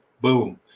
Boom